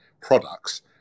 products